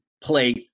play